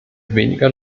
weniger